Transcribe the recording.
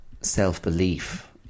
self-belief